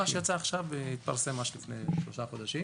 הוא יצא ממש עכשיו, התפרסם לפני שלושה חודשים.